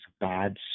God's